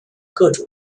各种